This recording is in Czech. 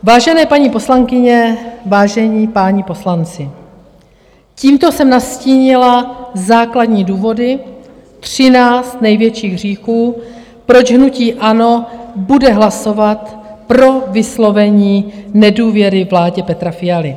Vážené paní poslankyně, vážení páni poslanci, tímto jsem nastínila základní důvody, 13 největších hříchů, proč hnutí ANO bude hlasovat pro vyslovení nedůvěry vládě Petra Fialy.